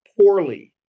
poorly